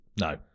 No